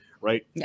right